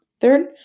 Third